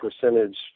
percentage